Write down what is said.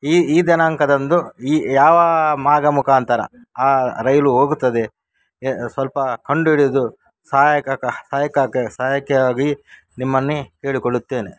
ಈ ಈ ದಿನಾಂಕದಂದು ಈ ಯಾವ ಮಾರ್ಗ ಮುಖಾಂತರ ಆ ರೈಲು ಹೋಗುತ್ತದೆ ಸ್ವಲ್ಪ ಕಂಡು ಹಿಡಿದು ಸಹಾಯಕಕ್ಕೆ ಸಹಾಯಕಕ್ಕೆ ಸಹಾಯಕ್ಕೆ ಆಗಿ ನಿಮ್ಮನ್ನೇ ಕೇಳಿಕೊಳ್ಳುತ್ತೇನೆ